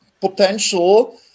potential